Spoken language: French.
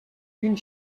une